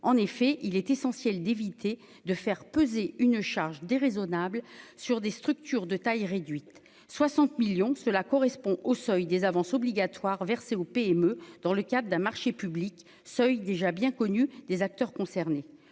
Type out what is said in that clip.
en effet, il est essentiel d'éviter de faire peser une charge déraisonnable sur des structures de taille réduite, 60 millions cela correspond au seuil des avances obligatoire versée aux PME dans le cadre d'un marché public, seuil déjà bien connu des acteurs concernés,